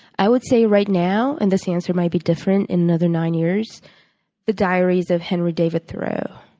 i would say, right now and this answer might be different in another nine years the diaries of henry david thoreau.